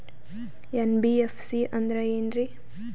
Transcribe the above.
NBFC ಅಂದ್ರ ಏನ್ರೀ?